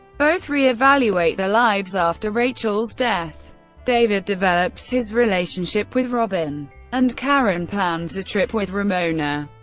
both re-evaluate their lives after rachel's death david develops his relationship with robyn and karen plans a trip with ramona.